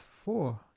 Four